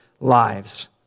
lives